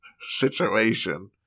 situation